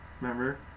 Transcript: Remember